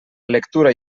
lectura